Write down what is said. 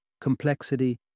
complexity